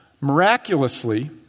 miraculously